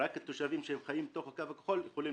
ורק תושבים שחיים בתוך הקו הכחול יכולים